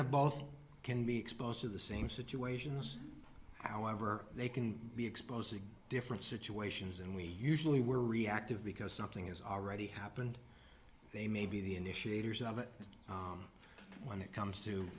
of both can be exposed to the same situations however they can be exposed to different situations and we usually were reactive because something has already happened they may be the initiators of it when it comes to